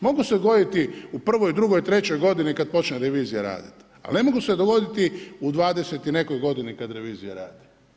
Mogu se dogoditi u prvoj, drugoj, trećoj godini kada počne revizija raditi ali ne mogu se dogoditi u 20 i nekoj godini kada revizija radi.